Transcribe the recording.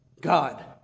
God